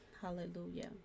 hallelujah